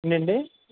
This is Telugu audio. ఏంటండి